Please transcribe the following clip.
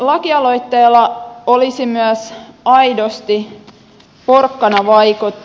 lakialoitteella olisi myös aidosti porkkanavaikutus